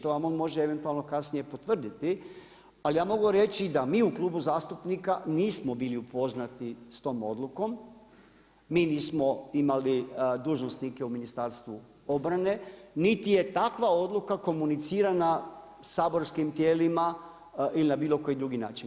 To vam on može eventualno potvrditi, ali ja mogu reći da mi u klubu zastupnika nismo bili upoznati s tom odlukom, mi nismo imali dužnosnike u Ministarstvu obrane niti je takva odluka komunicirana saborskim tijelima ili na bilo koji drugi način.